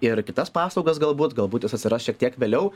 ir kitas paslaugas galbūt galbūt jis atsiras šiek tiek vėliau